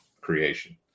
creation